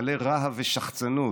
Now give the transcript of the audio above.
מלא רהב ושחצנות,